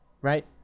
right